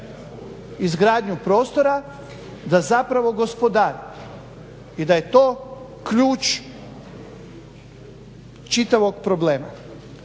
izgradnju prostora da zapravo gospodari i da je to ključ čitavog problema.